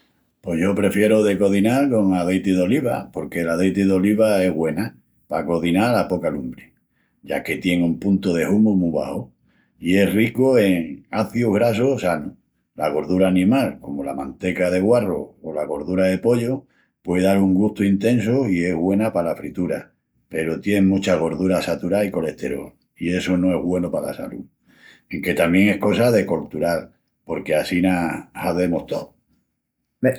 Pos yo prefieru de cozinal con azeiti d'oliva, porque l'azeiti d'oliva es güena pa cozinal a poca lumbri, ya que tien un puntu de humu mu baxu, i es rica en azius grasus sanus. La gordura animal, comu la manteca de guarru o la gordura de pollu, puei dal un gustu intesu i es güena palas frituras, peru tien mucha gordura saturá i colesterol, i essu no es güenu pala salú. Enque tamién es cosa de coltural porque assina hazemus tous.